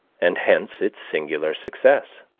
and hence its singular success.